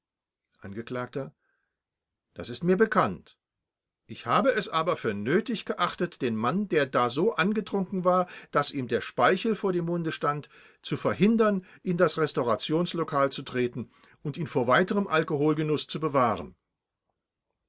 angekl das ist mir bekannt ich habe es aber für nötig erachtet den mann da er so angetrunken war daß ihm der speichel vor dem munde stand zu verhindern in das restaurationslokal zu treten und ihn vor weiterem alkoholgenuß zu bewahren